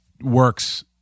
works